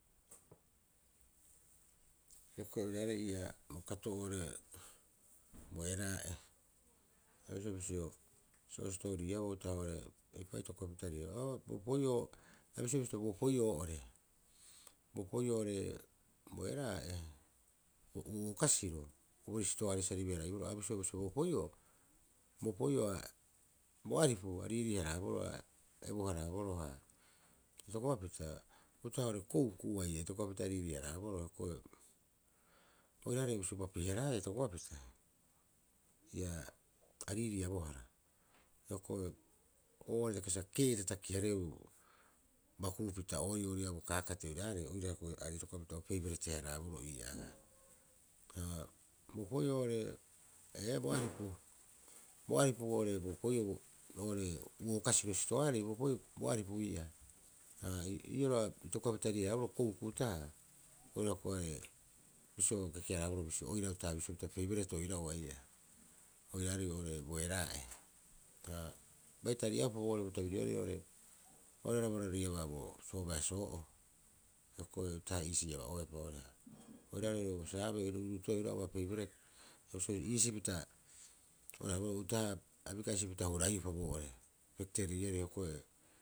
Hioko'i oiraarei ii'aa bo kato'oo bo eraa'e bisio- bisio sa o sitooriaboo uta'aha oo'ore eipa oo a itokopapita rio bo opoi'oo a bisioea pita bo opoi'oo oo'ore bo opi'oo oo'ore bo eraa'e. Uo'uo kasiroo boorii sitoaarei saribi- haraiboroo. A bisioea bisio bo opoi'oo bo opoi'oo bo aripu ariirii- haraaboroo, a bu- haraaboroo. Itokopapita uta'aha oore kouku, itokopapta riirii- haraaboroo hioko'i. Oiraarei bisio bapiharaea itokopapita ia a riiriiabohara hioko'o oo'ore hitaka sa kee'ita karihaareeu bakuupita'oerii. Ori'iia bo kaakate oiraarei oira hioko'i are itokopapita oira peeberete- haraaboroo ii'aa. Ha boropoi'oo oo'ore e bo aripu bo aripu oo'ore bo opoi'oo oo'ore uo'uo kasiro sitoaarei. Bo'opoi'oo bo aripu'ii'aa ha ii'oo roga'a itokopapita riirii- haraaboroo kouku uta'aha. Oira ko'e bisio keke- haraaboroo oira uta'aha bisioea pita peiberete oira'oa ii'aa oiraarei oo'ore bo eraa'e. Ha bai toriaupa boo'ore bo tabirioarei oo'ore oo'ore barariaba bo soobeasoo'o hioko'i uta'aha iisio aba'oepa. Oiraarei oo'ore o saabee bo ruuruuto'e oira'oa peiret bisio iisii pita oira uta'aha bikiasipita o huraiupa pektoriiarei hioko'i.